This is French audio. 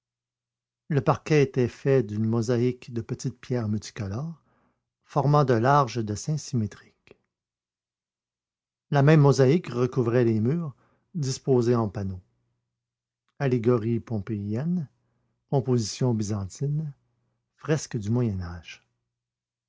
le parquet était fait d'une mosaïque de petites pierres multicolores formant de larges dessins symétriques la même mosaïque recouvrait les murs disposée en panneaux allégories pompéiennes compositions bizantines fresque du